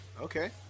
Okay